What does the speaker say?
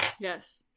Yes